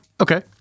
Okay